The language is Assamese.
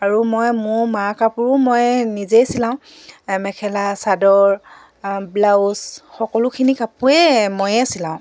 আৰু মই মোৰ মা কাপোৰো মই নিজেই চিলাওঁ মেখেলা চাদৰ ব্লাউজ সকলোখিনি কাপোয়ে ময়ে চিলাওঁ